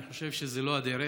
אני חושב שזו לא הדרך.